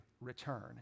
return